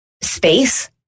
space